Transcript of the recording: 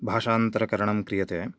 भाषान्तरकरणं क्रियते